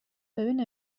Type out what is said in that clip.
ببین